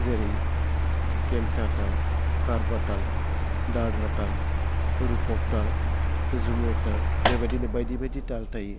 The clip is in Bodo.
जेरै केमथा ताल कारबा ताल दाद्रा ताल रुपक ताल जुमुर ताल बेबायदिनो बायदि बायदि ताल थायो